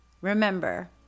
remember